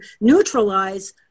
neutralize